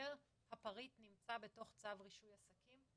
כאשר הפריט נמצא בתוך צו רישוי עסקים,